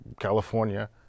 California